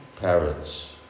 Parrots